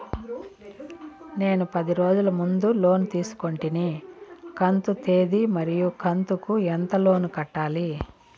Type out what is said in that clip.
నేను పది రోజుల ముందు లోను తీసుకొంటిని కంతు తేది మరియు కంతు కు ఎంత లోను కట్టాలి?